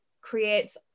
creates